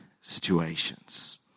situations